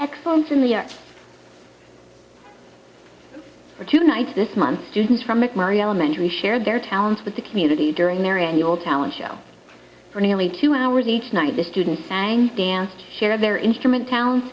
excellence in the arts for two nights this month students from mcmurry elementary shared their talents with the community during their annual talent show for nearly two hours each night the students ang danced share of their instrument town